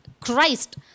Christ